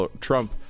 Trump